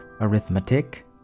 arithmetic